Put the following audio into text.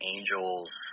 Angels